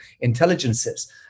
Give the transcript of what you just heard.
intelligences